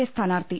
A സ്ഥാനാർത്ഥി